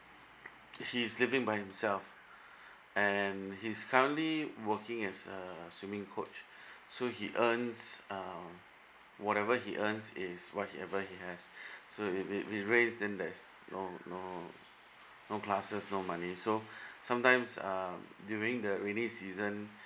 he is living by himself and he's currently working as a swimming coach so he earns uh whatever he earns is whatever he has so if it rains then there's no no no classes no money so sometimes um during the rainy season